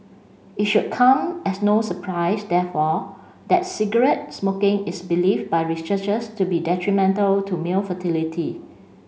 it should come as no surprise therefore that cigarette smoking is believed by researchers to be detrimental to male fertility